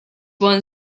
won